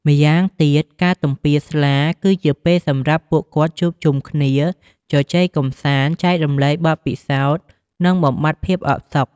ម្យ៉ាងទៀត ការទំពារស្លា គឺជាពេលសម្រាប់ពួកគាត់ជួបជុំគ្នា ជជែកកម្សាន្ត ចែករំលែកបទពិសោធន៍ និងបំបាត់ភាពអផ្សុក។